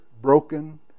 broken